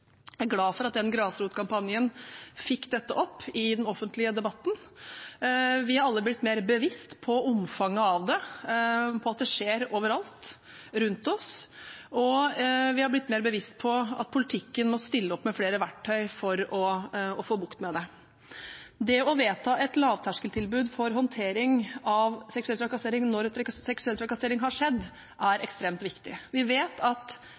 Jeg er glad for at denne grasrotkampanjen fikk dette opp i den offentlige debatten. Vi er alle blitt mer bevisst på omfanget av det, på at det skjer overalt rundt oss, og vi har blitt mer bevisst på at politikken må stille opp med flere verktøy for å få bukt med det. Det å vedta et lavterskeltilbud for håndtering av seksuell trakassering når seksuell trakassering har skjedd, er ekstremt viktig. Vi vet at